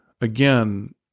Again